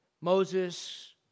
Moses